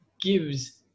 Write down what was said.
gives